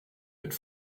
mit